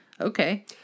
okay